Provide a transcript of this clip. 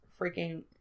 freaking